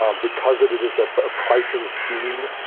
um because it it is a ah pricing scheme,